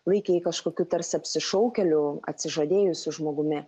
laikė jį kažkokiu tarsi apsišaukėliu atsižadėjusiu žmogumi